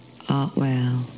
Artwell